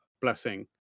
blessing